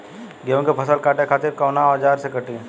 गेहूं के फसल काटे खातिर कोवन औजार से कटी?